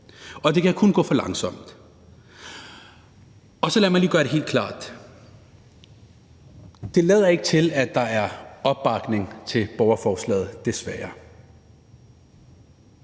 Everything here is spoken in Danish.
og det kan kun gå for langsomt. Lad mig så lige gøre det helt klart: Det lader ikke til, at der er opbakning til borgerforslaget, desværre.